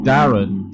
Darren